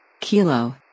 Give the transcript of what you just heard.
Kilo